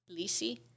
Lisi